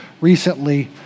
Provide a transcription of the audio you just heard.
recently